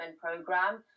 program